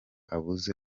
abuze